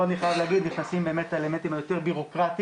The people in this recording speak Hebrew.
פה אני חייב להגיד שנכנסים באמת האלמנטים היותר בירוקרטיים,